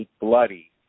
bloody